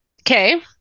Okay